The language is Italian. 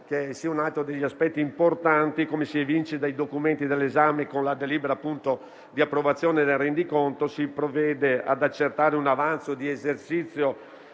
Grazie